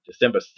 December